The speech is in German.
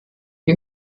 die